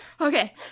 Okay